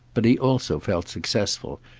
but he also felt successful,